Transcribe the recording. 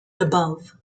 above